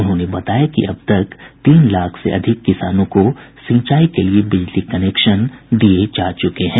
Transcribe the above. उन्होंने बताया कि अब तक तीन लाख से अधिक किसानों को सिंचाई के लिए बिजली कनेक्शन दिये जा चुके हैं